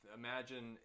imagine